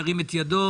ירים את ידו.